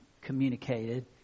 communicated